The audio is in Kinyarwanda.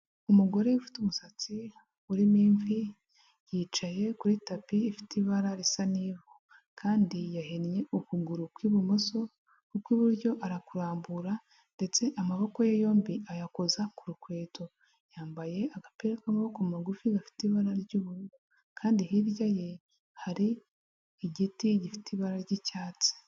Umugore ufite umusatsi urimo imvi, yicaye kuri tapi ifite ibara risa n'ivu. Kandi yahinnye ukuguru kw'ibumoso, ukw'iburyo arakurambura ndetse amaboko ye yombi ayakoza ku rukweto. Yambaye agapira k'amaboko magufi gafite ibara ry'ubururu. Kandi hirya ye hari igiti gifite ibara ry'icyatsi.